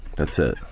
that's it.